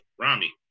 Rami